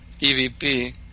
EVP